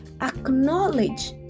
Acknowledge